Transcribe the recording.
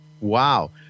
Wow